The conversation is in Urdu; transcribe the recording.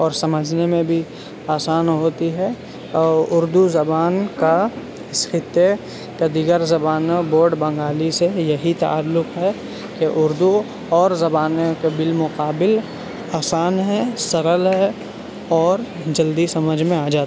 اور سمجھنے میں بھی آسان ہوتی ہے اور اردو زبان کا اس خطے تو دیگر زبانوں بورڈ بنگالی سے یہی تعلق ہے کہ اردو اور زبانوں کے بالمقابل آسان ہے سہل ہے اور جلدی سمجھ میں آ جاتی